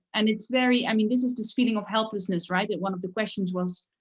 and it's very, i mean this is this feeling of helplessness, right? that one of the questions was.